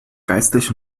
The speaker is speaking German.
geistliche